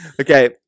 Okay